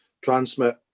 transmit